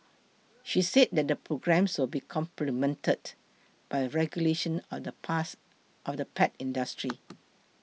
she said that the programme will be complemented by regulation of the past of the pet industry